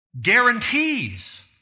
guarantees